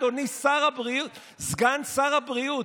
אדוני סגן שר הבריאות,